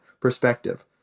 perspective